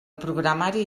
programari